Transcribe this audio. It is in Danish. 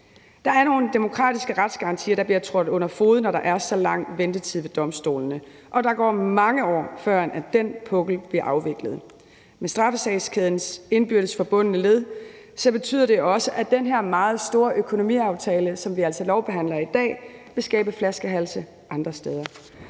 Der er nogle demokratiske retsgarantier, der bliver trådt under fode, når der er så lang ventetid ved domstolene, og der går mange år, før den pukkel bliver afviklet. Med straffesagskædens indbyrdes forbundne led betyder det også, at den her meget store økonomiaftale, som vi altså lovbehandler i dag, vil skabe flaskehalse andre steder.